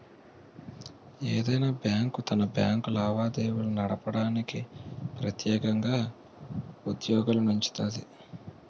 ఏదైనా బ్యాంకు తన బ్యాంకు లావాదేవీలు నడపడానికి ప్రెత్యేకంగా ఉద్యోగత్తులనుంచుతాది